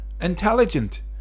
intelligent